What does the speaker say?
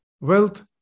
Wealth